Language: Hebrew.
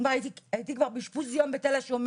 הייתי כבר באשפוז בתל השומר